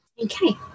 Okay